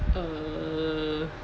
uh